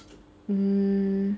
mm